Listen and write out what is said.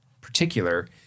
particular